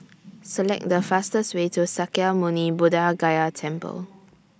Select The fastest Way to Sakya Muni Buddha Gaya Temple